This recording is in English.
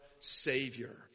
Savior